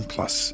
Plus